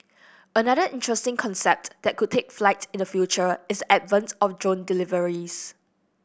another interesting concept that could take flight in the future is the advent of drone deliveries